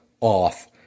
off